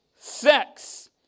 sex